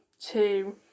two